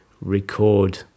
record